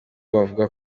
bavuga